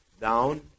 down